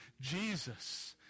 Jesus